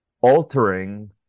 altering